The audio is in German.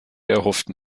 erhofften